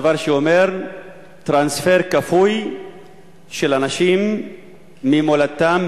דבר שאומר טרנספר כפוי של אנשים ממולדתם,